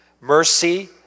mercy